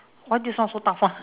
why this one so tough [one]